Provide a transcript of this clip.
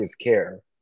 care